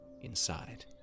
inside